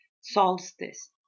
solstice